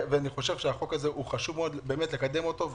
ואני חושב שהחוק הזה, חשוב לקדם אותו.